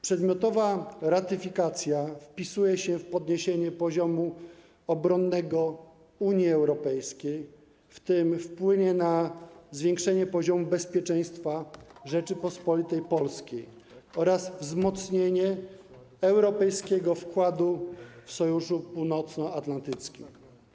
Przedmiotowa ratyfikacja wpisuje się w podniesienie poziomu obronnego Unii Europejskiej, w tym wpłynie na zwiększenie poziomu bezpieczeństwa Rzeczypospolitej Polskiej oraz wzmocnienie europejskiego wkładu w Sojuszu Północnoatlantyckim.